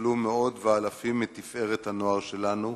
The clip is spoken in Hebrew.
נפלו מאות ואלפים מתפארת הנוער שלנו,